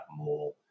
more